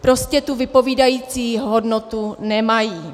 Prostě tu vypovídající hodnotu nemají.